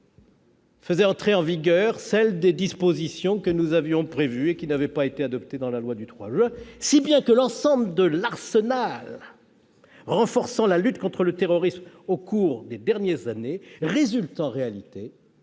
de l'autre, prévoyait l'entrée en vigueur de celles des mesures que nous avions prévues et qui n'avaient pas été adoptées dans la loi du 3 juin. Ainsi, l'ensemble de l'arsenal renforçant la lutte contre le terrorisme au cours des dernières années résulte en réalité